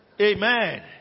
Amen